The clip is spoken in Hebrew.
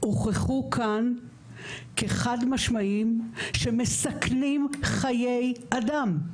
הוכחו כאן כחד משמעיים, שמסכנים חיי אדם.